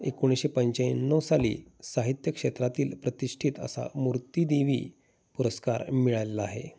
एकोणीसशे पंच्याण्णव साली साहित्य क्षेत्रातील प्रतिष्ठित असा मूर्तीदेवी पुरस्कार मिळालेला आहे